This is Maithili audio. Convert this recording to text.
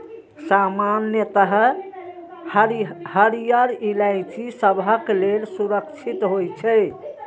सामान्यतः हरियर इलायची सबहक लेल सुरक्षित होइ छै